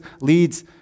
leads